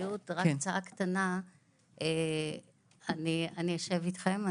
אני אשב אתכם,